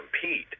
compete